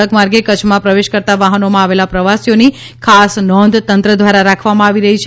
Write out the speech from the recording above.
સડક માર્ગે કચ્છમાં પ્રવેશ કરતાં વાહનોમાં આવેલા પ્રવાસીઓની ખાસ નોંધ તંત્ર દ્વારા રાખવામાં આવી રહી છે